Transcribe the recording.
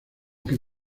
que